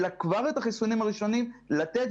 אלא כבר את החיסונים הראשונים לתת